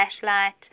flashlight